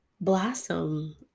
blossom